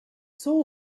sole